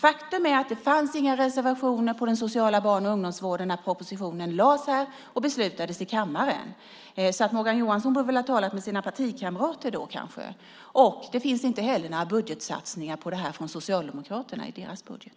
Faktum är att det inte fanns några reservationer om den sociala barn och ungdomsvården när propositionen lades fram och beslutades i kammaren. Morgan Johansson borde kanske ha talat med sina partikamrater. Det finns inte heller några satsningar på det här från Socialdemokraterna i deras budget.